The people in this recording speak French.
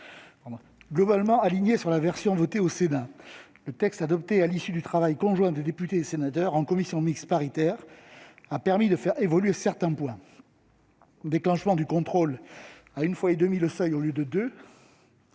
Globalement aligné sur la version votée au Sénat, le texte adopté à l'issue du travail conjoint des députés et sénateurs en commission mixte paritaire a permis de faire évoluer certains points : déclenchement du contrôle à 1,5 fois le seuil au lieu de 2